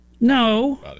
No